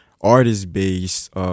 artist-based